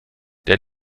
der